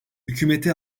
hükümeti